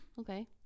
okay